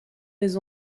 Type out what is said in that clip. des